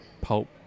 pulp